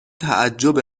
تعجب